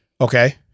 Okay